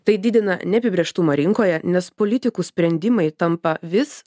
tai didina neapibrėžtumą rinkoje nes politikų sprendimai tampa vis